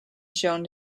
shown